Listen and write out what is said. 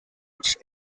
its